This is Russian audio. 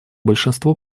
большинство